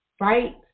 right